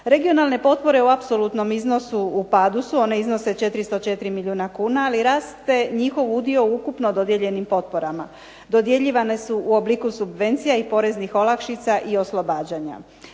Regionalne potpore u apsolutnom iznosu u padu su, one iznose 404 milijuna kuna, ali raste njihov udio u ukupno dodijeljenim potporama. Dodjeljivanje su u obliku subvencija i poreznih olakšica i oslobađanja.